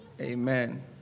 Amen